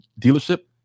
dealership